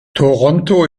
toronto